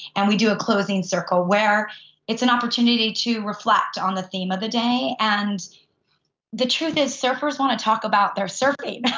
and we do a closing circle where it's an opportunity to reflect on the theme of the day. and the the truth is surfers want to talk about their surfing.